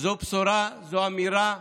זו בשורה, זו אמירה.